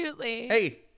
Hey